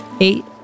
Eight